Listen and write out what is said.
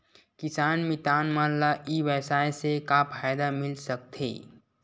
किसान मितान मन ला ई व्यवसाय से का फ़ायदा मिल सकथे?